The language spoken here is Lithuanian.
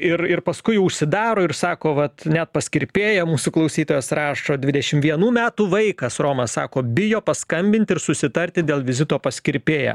ir ir paskui užsidaro ir sako vat net pas kirpėją mūsų klausytojas rašo dvidešimt vienų metų vaikas romas sako bijo paskambinti ir susitarti dėl vizito pas kirpėją